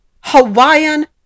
hawaiian